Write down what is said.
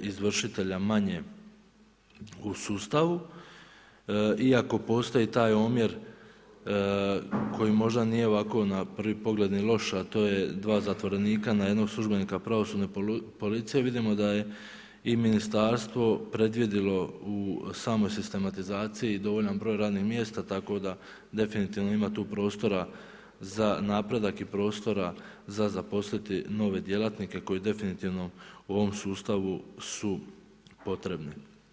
izvršitelja manje u sustavu iako postoji taj omjer koji možda nije ovako na prvi pogled ni loš, a to je dva zatvorenika na jednog službenika pravosudne policije, vidimo da je i ministarstvo predvidjelo u samoj sistematizaciji dovoljan broj radnih mjesta tako da definitivno ima tu prostora za napredak i prostora za zaposliti nove djelatnike koji definitivno u ovom sustavu su potrebni.